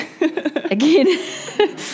again